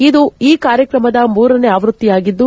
ಇದು ಈ ಕಾರ್ಯಕ್ರಮದ ಮೂರನೇ ಆವೃತ್ತಿಯಾಗಿದ್ದು